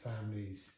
families